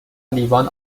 لیوان